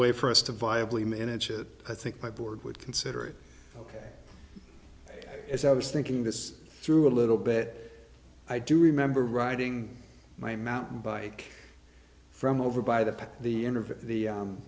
way for us to viably manage it i think my board would consider it ok as i was thinking this through a little bit i do remember riding my mountain bike from over by the park the